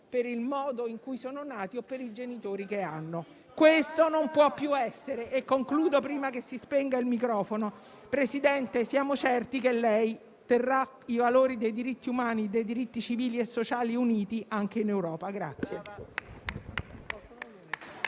per il modo in cui sono nati o per i genitori che hanno. *(Commenti).* Questo non può più essere. Concludo, prima che si spenga il microfono. Presidente Draghi, siamo certi che lei terrà uniti i valori dei diritti umani, dei diritti civili e sociali anche in Europa.